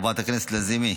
חברת הכנסת לזימי,